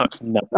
No